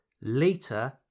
later